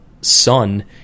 son